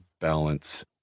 balance